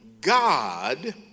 God